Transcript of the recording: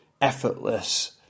effortless